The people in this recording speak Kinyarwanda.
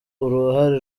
uruhare